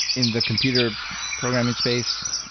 in the computer programming space,